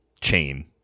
chain